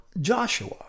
Joshua